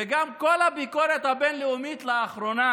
וגם כל הביקורת הבין-לאומית לאחרונה